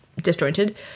disjointed